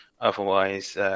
otherwise